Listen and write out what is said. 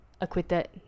acquitted